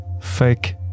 Fake